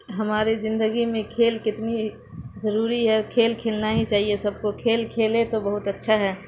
ہماری زندگی میں کھیل کتنی ضروری ہے کھیل کھیلنا ہی چاہیے سب کو کھیل کھیلے تو بہت اچھا ہے